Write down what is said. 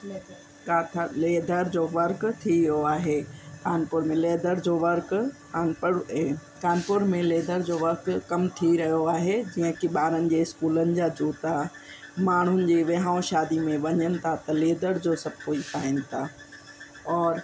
किथां लैदर जो वर्क थी वियो आहे कानपुर में लैदर जो वर्क कानपुर ए कानपुर में लैदर जो वर्क कम थी रहियो आहे जीअं कि ॿारनि जे स्कूलनि जा जूता माण्हुनि जे विहांव शादी में वञनि था त लैदर जो सभु कोई पाइनि था और